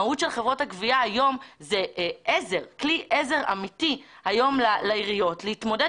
המהות היא כלי עזר לעיריות להתמודד